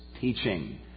teaching